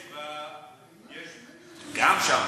יש גם שם,